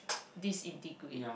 disintegrate